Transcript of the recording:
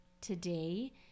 today